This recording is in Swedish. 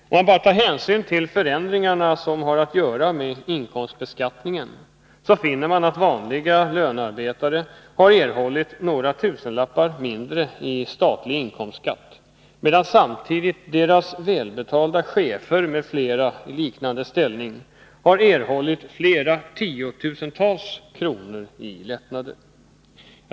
Om man bara tar hänsyn till förändringarna som har att göra med inkomstbeskattningen, finner man att den statliga inkomstskatten för vanliga lönarbetare har minskat med några tusenlappar, medan samtidigt deras välbetalda chefer m.fl. i liknande ställning har erhållit flera tiotusental kronor i lättnader.